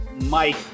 mike